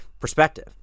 perspective